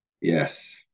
Yes